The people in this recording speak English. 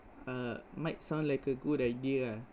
uh might sound like a good idea ah